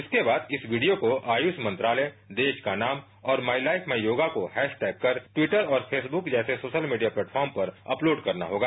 इसके बाद इस वीडियो को आयुष मंत्रालय देश का नाम और माई लाइड माई योगा को हैराटैग कर ट्विटर और फेसबुक जैसे सोशल मीडिया प्लेटफार्म पर अपलोड करना होगा